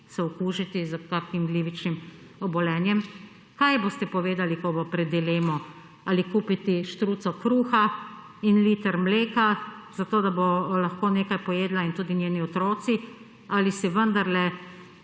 se okužiti s kakšnim glivičnim obolenjem. Kaj boste povedali, ko bo pred dilemo ali kupiti štruco kruha in liter mleka za to, da bo lahko nekaj pojedla in tudi njeni otroci ali si vendarle